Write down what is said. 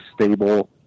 stable